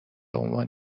عنوان